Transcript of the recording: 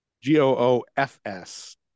G-O-O-F-S